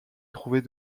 trouvés